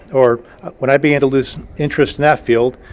or when i began to lose interest in that field,